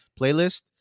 playlist